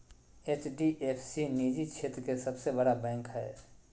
HDF सी निजी क्षेत्र के सबसे बड़ा बैंक हय